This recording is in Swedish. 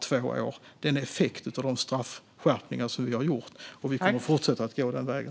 Detta är en effekt av de straffskärpningar vi har gjort, och vi kommer att fortsätta att gå den vägen.